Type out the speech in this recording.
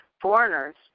foreigners